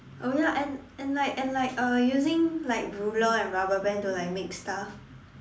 oh ya and and like and like uh using like ruler and rubber band to make stuff